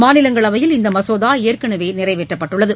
மாநிலங்களவையில் இந்தமசோதாஏற்கனவேநிறைவேற்றப்பட்டது